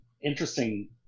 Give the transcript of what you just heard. interesting